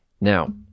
Now